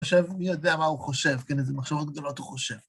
עכשיו מי יודע מה הוא חושב, כן? איזה מחשבות גדולות הוא חושב.